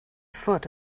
foot